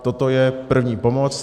Toto je první pomoc.